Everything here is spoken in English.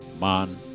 man